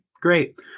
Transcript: great